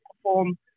perform